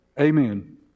Amen